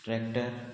tractor